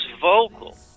vocal